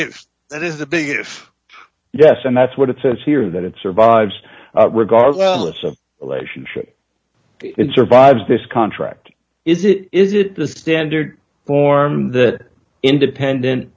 give that is the biggest yes and that's what it says here that it survives regardless of relationship and survives this contract is it is it the standard form that independent